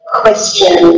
question